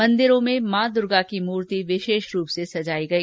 मंदिरों में मां दुर्गा की मूर्ति विशेष रूप से सजाई गई